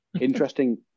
interesting